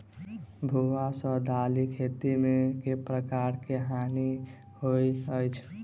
भुआ सँ दालि खेती मे केँ प्रकार केँ हानि होइ अछि?